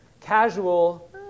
casual